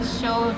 show